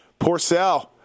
Porcel